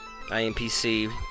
IMPC